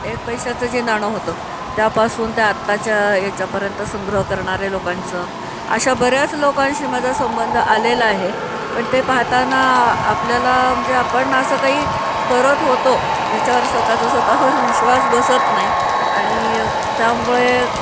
एक पैशाचं जे नाणं होतं त्यापासून ते आत्ताच्या याच्यापर्यंत संग्रह करणारे लोकांचं अशा बऱ्याच लोकांशी माझा संबंध आलेला आहे पण ते पाहताना आपल्याला म्हणजे आपण असं काही करत होतो याच्यावर स्वतःचा स्वतावर विश्वास बसत नाही आणि त्यामुळे